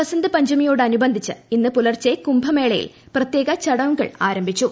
ബസന്ത് പഞ്ചമിയോടനുബന്ധിച്ച് ഇന്ന് പുലർച്ചെ കുംഭമേളയിൽ പ്രത്യേക ചടങ്ങുകൾ ആരംഭിച്ചു